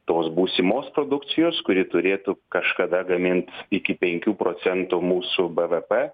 tos būsimos produkcijos kuri turėtų kažkada gamint iki penkių procentų mūsų bvp